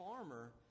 farmer